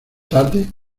tarde